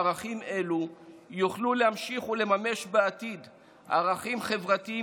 ערכים אלו יוכלו להמשיך ולממש בעתיד ערכים חברתיים